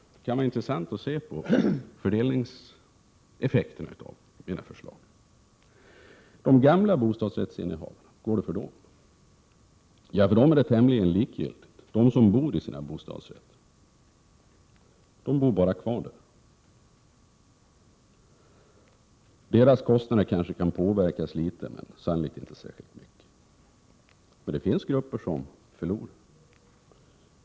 Det kan vara intressant att se på fördelningseffekterna av mina förslag. Hur går det för de gamla bostadsrättsinnehavarna? Ja, för dem som bor i sina bostadsrätter är det tämligen likgiltigt — de bor bara kvar där. Deras kostnader kanske kan påverkas litet, men sannolikt inte särskilt mycket. Men det finns grupper som förlorar.